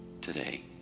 today